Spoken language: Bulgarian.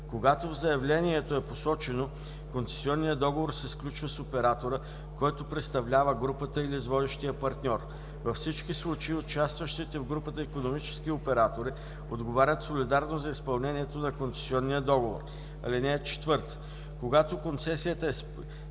Когато в заявлението е посочено, концесионният договор се сключва с оператора, който представлява групата или с водещия партньор. Във всички случаи участващите в групата икономически оператори отговарят солидарно за изпълнението на концесионния договор. (4) Когато концесията е